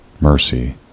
mercy